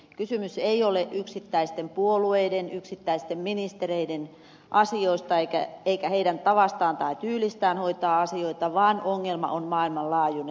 kysymys ei ole yksittäisten puolueiden yksittäisten ministereiden asioista eikä heidän tavastaan tai tyylistään hoitaa asioita vaan ongelma on maailmanlaajuinen